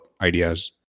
ideas